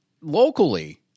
locally –